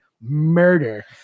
murder